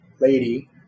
lady